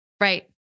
Right